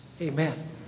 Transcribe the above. Amen